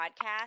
podcast